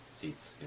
Seats